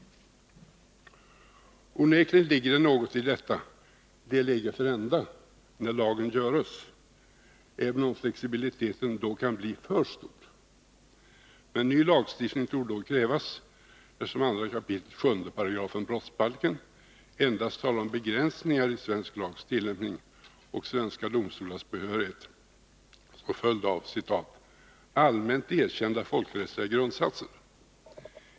Onekligen ligger det något i detta de lege ferenda — när lagen göres — även om flexibiliteten då kan bli för stor. Men ny lagstiftning torde då krävas, eftersom 2 kap. 7 § brottsbalken endast talar om begränsningar i svensk lags tillämpning och svenska domstolars behörighet som följd av ”allmänt erkända folkrättsliga grundsatser”.